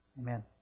Amen